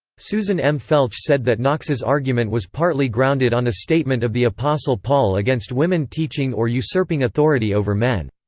susan m. felch said that knox's argument was partly grounded on a statement of the apostle paul against women teaching or usurping authority over men.